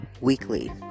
weekly